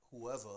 whoever